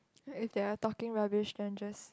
if they are talking rubbish then just